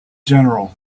general